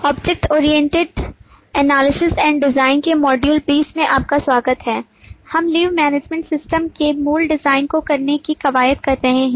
object oriented analysis and design के module 20 में आपका स्वागत है हम लीव मैनेजमेंट सिस्टम के मूल डिज़ाइन को करने की कवायद कर रहे हैं